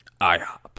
IHOP